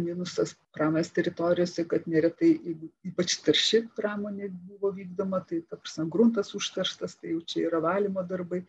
minusas pramonės teritorijose kad neretai jeigu ypač tarši pramonė buvo vykdoma tai ta prasme gruntas užterštas tai jau čia yra valymo darbai